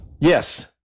Yes